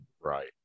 Right